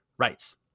Rights